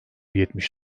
yetmiş